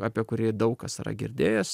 apie kurį daug kas yra girdėjęs